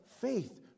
faith